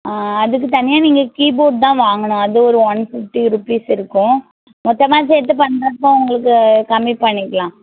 ஆ அதுக்கு தனியாக நீங்கள் கீ போர்ட் தான் வாங்கணும் அது ஒரு ஒன் ஃபிப்டி ரூப்பீஸ் இருக்கும் மொத்தமாக சேர்த்து பண்ணுறப்போ உங்களுக்கு கம்மி பண்ணிக்கலாம்